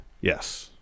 Yes